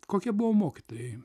kokie buvo mokytojai